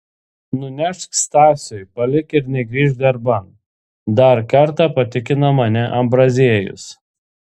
nunešk stasiui palik ir negrįžk darban dar kartą patikino mane ambraziejus